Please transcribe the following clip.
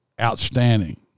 outstanding